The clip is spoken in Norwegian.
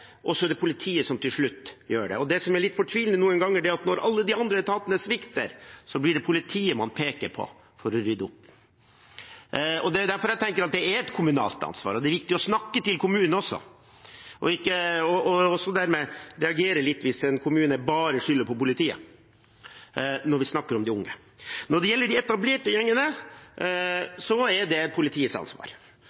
er det politiet som til slutt gjør det. Det som er litt fortvilet noen ganger, er at når alle de andre etatene svikter, blir det politiet man peker på for å rydde opp. Det er derfor jeg tenker at det er et kommunalt ansvar, og det er viktig å snakke til kommunene også og reagere litt hvis en kommune bare skylder på politiet når vi snakker om de unge. Når det gjelder de etablerte gjengene,